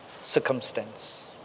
circumstance